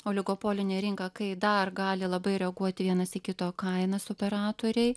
oligopolinė rinka kai dar gali labai reaguoti vienas į kito kainas operatoriai